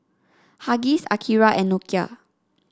Huggies Akira and Nokia